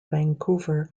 vancouver